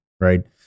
right